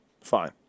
fine